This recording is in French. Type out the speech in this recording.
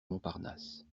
montparnasse